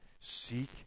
seek